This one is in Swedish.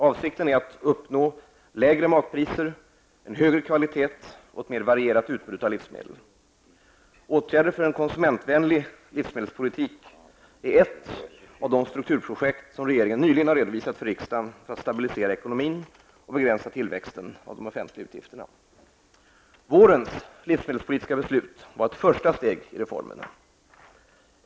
Avsikten är att uppnå lägre matpriser, en högre kvalitet och ett mer varierat utbud av livsmedel. Åtgärder för en konsumentvänlig livsmedelspolitik är ett av de strukturprojekt som regeringen nyligen har redovisat för riksdagen för att stabilisera ekonomin och begränsa tillväxten av de offentliga utgifterna. Vårens livsmedelspolitiska beslut var ett första steg i reformverksamheten.